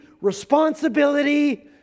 responsibility